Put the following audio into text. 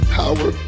power